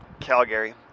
Calgary